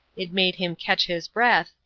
it made him catch his breath,